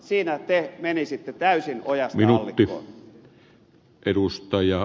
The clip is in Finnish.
siinä te menisitte täysin ojasta allikkoon